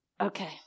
Okay